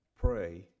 pray